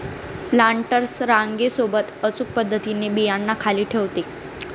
planters रांगे सोबत अचूक पद्धतीने बियांना खाली ठेवते